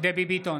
דבי ביטון,